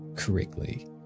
correctly